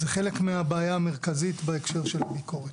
חלק מהבעיה המרכזית בהקשר של הביקורת.